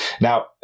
Now